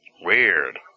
Weird